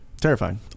Terrifying